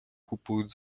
купують